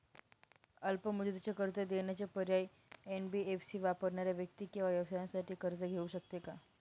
अल्प मुदतीचे कर्ज देण्याचे पर्याय, एन.बी.एफ.सी वापरणाऱ्या व्यक्ती किंवा व्यवसायांसाठी कर्ज घेऊ शकते का?